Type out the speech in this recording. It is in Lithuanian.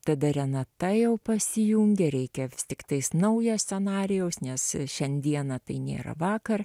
tada renata jau pasijungė reikia vis tiktais naujo scenarijaus nes šiandieną tai nėra vakar